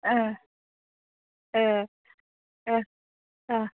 अ अ